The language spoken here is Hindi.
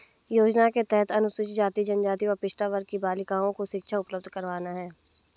योजना के तहत अनुसूचित जाति, जनजाति व पिछड़ा वर्ग की बालिकाओं को शिक्षा उपलब्ध करवाना है